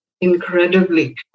incredibly